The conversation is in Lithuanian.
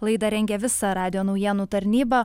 laidą rengė visa radijo naujienų tarnyba